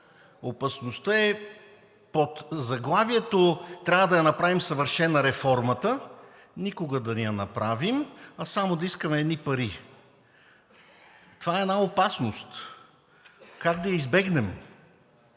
Опасността е в подзаглавието „Трябва да я направим съвършена реформата“ – никога да не я направим, а само да искаме едни пари – това е опасност. Как да я избегнем?